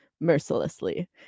mercilessly